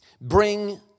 bring